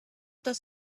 does